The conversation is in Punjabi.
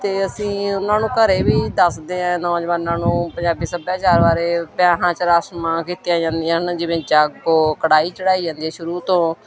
ਅਤੇ ਅਸੀਂ ਉਹਨਾਂ ਨੂੰ ਘਰੇ ਵੀ ਦੱਸਦੇ ਹਾਂ ਨੌਜਵਾਨਾਂ ਨੂੰ ਪੰਜਾਬੀ ਸੱਭਿਆਚਾਰ ਬਾਰੇ ਵਿਆਹਾ 'ਚ ਰਸਮਾਂ ਕੀਤੀਆਂ ਜਾਂਦੀਆਂ ਹਨ ਜਿਵੇਂ ਜਾਗੋ ਕੜਾਹੀ ਚੜ੍ਹਾਈ ਜਾਂਦੀ ਸ਼ੁਰੂ ਤੋਂ